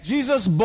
Jesus